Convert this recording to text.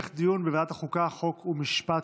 השר ירצה לסכם?